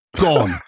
gone